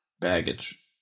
Baggage